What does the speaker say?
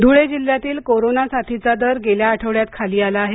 धळे corona Dhule जिल्ह्यातील corona साथीचा दर गेल्या आठवड्यात खाली आला आहे